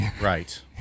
Right